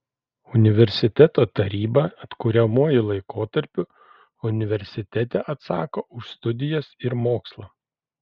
universiteto taryba atkuriamuoju laikotarpiu universitete atsako už studijas ir mokslą